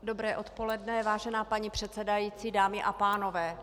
Dobré odpoledne, vážená paní předsedající, dámy a pánové.